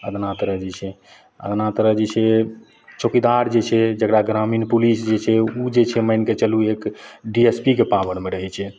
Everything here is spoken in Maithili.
अदना तरह जे छै अदना तरह जे छिए चौकीदार जे छै जकरा ग्रामीण पुलिस जे छै ओ जे छै मानिके चलू एक डी एस पी के पावरमे रहै छै